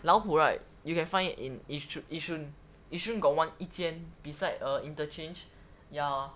老虎 right you can find it in yishun yishun got one 一间 beside uh interchange ya